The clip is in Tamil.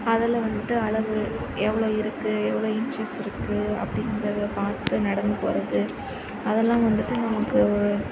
அதில் வந்துவிட்டு அளவு எவ்வளோ இருக்கு எவ்வளோ இன்ச்சஸ் இருக்கு அப்படின்றத பார்த்து நடந்து போகிறது அதெல்லாம் வந்துவிட்டு நமக்கு